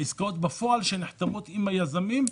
בפועל נחתמות עם היזמים.